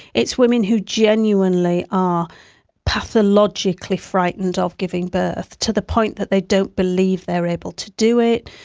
it's women who genuinely are pathologically frightened of giving birth, to the point that they don't believe they are able to do it,